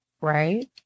right